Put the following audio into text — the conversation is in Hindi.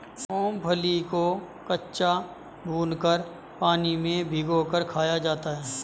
मूंगफली को कच्चा, भूनकर, पानी में भिगोकर खाया जाता है